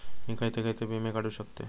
मी खयचे खयचे विमे काढू शकतय?